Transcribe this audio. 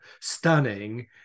stunning